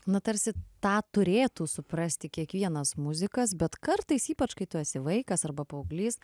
na tarsi tą turėtų suprasti kiekvienas muzikas bet kartais ypač kai tu esi vaikas arba paauglys